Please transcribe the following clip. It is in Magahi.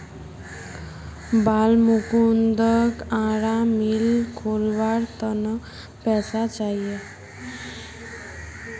बालमुकुंदक आरा मिल खोलवार त न पैसा चाहिए